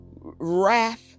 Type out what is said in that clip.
wrath